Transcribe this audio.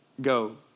go